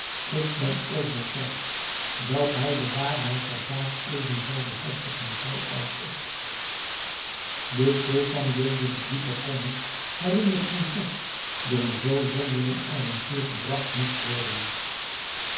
ik ben overtuigd dat hij de waarheid der zaak evenzoo bevestigen zal als ik de sultan deelde den diepen kommer waarin de prinses door een zoo zonderling avontuur gebracht moest worden